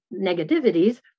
negativities